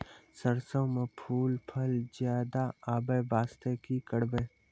सरसों म फूल फल ज्यादा आबै बास्ते कि करबै?